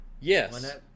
Yes